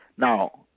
Now